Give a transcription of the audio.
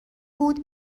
بود